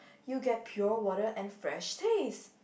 you get pure water and fresh taste